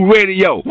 Radio